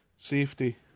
safety